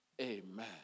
Amen